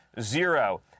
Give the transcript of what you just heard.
zero